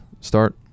start